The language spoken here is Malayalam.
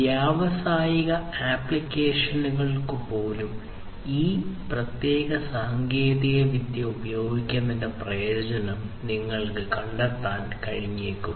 വ്യാവസായിക ആപ്ലിക്കേഷനുകൾക്ക് പോലും ഈ പ്രത്യേക സാങ്കേതികവിദ്യ ഉപയോഗിക്കുന്നതിന്റെ പ്രയോജനം നിങ്ങൾക്ക് കണ്ടെത്താൻ കഴിഞ്ഞേക്കും